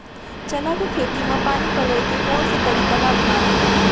चना के खेती म पानी पलोय के कोन से तरीका ला अपनावव?